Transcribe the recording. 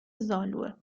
زالوئه